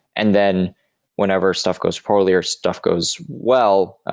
and then whenever stuff goes poorly or stuff goes well,